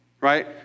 right